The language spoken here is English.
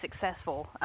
successful